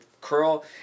curl